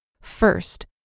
First